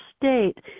state